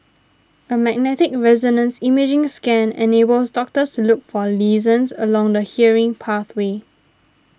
a magnetic resonance imaging scan enables doctors to look for lesions along the hearing pathway